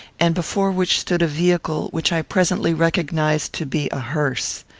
and before which stood a vehicle, which i presently recognised to be a hearse.